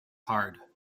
hard